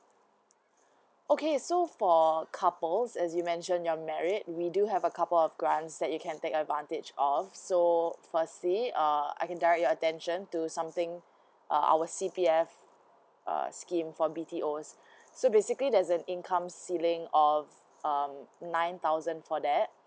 okay so for couples as you mentioned you're married we do have a couple of grants that you can take advantage of so firstly uh I can direct your attention to something uh our C_P_F err scheme for B_T_O so basically there's a income ceiling of um nine thousand for that